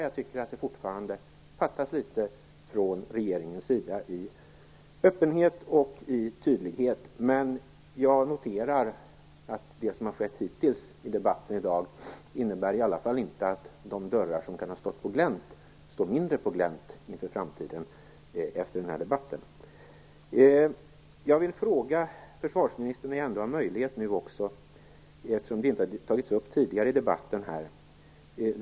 Jag tycker att det fortfarande fattas en del från regeringens sida när det gäller öppenhet och tydlighet, men jag noterar att det som har skett hittills i debatten i dag i alla fall inte innebär att de dörrar som kan ha stått på glänt står mindre på glänt inför framtiden. När jag ändå har möjlighet vill jag också fråga försvarsministern om WEAG, eftersom det inte har tagits upp tidigare i debatten.